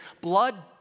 blood